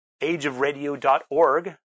ageofradio.org